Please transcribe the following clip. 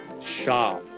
shop